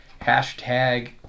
hashtag –